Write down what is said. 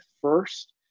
first